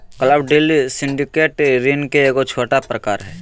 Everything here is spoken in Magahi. क्लब डील सिंडिकेट ऋण के एगो छोटा प्रकार हय